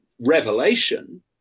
revelation